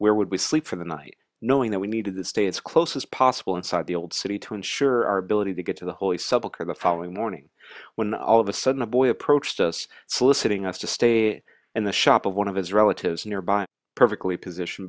where would we sleep for the night knowing that we needed to stay as close as possible inside the old city to ensure our ability to get to the holy subak or the following morning when all of a sudden a boy approached us soliciting us to stay in the shop of one of his relatives nearby perfectly position